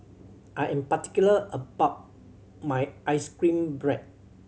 I am particular about my ice cream bread